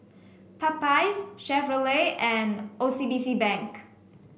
Popeyes Chevrolet and O C B C Bank